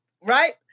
right